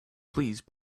please